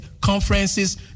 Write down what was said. conferences